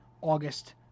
August